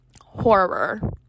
horror